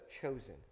chosen